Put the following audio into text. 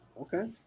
Okay